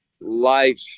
life